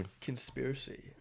conspiracy